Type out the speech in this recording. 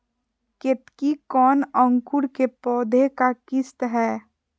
केतकी कौन अंकुर के पौधे का किस्म है?